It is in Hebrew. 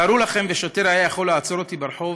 תארו לכם ששוטר היה יכול לעצור אותי ברחוב